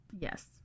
yes